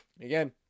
Again